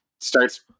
starts